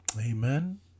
Amen